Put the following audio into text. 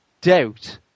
doubt